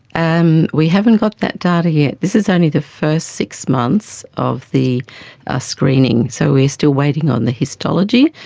um we haven't got that data yet, this is only the first six months of the screening, so we are still waiting on the histology.